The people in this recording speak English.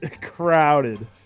crowded